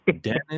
Dennis